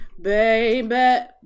baby